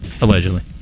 allegedly